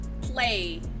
play